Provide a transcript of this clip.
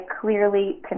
clearly